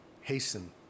hasten